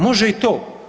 Može i to.